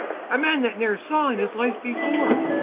a man that ne're saw in his life before